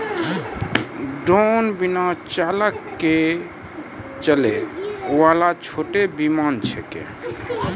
drone बिना चालक के चलै वाला छोटो विमान छेकै